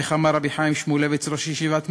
איך אמר רבי חיים שמואלביץ, ראש ישיבת מיר: